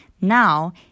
Now